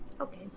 Okay